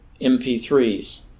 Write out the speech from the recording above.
MP3s